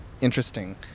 interesting